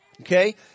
okay